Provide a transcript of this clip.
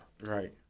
Right